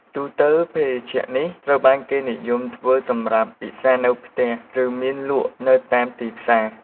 ទូទៅ ភេសជ្ជៈនេះត្រូវបានគេនិយមធ្វើសម្រាប់ពិសារនៅផ្ទះ ឬមានលក់នៅតាមទីផ្សារ។